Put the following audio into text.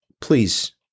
please-